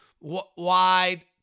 wide